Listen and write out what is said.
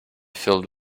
filled